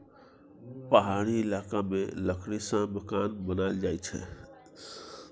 पहाड़ी इलाका मे लकड़ी सँ मकान बनाएल जाई छै